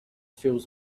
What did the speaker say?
fills